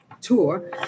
tour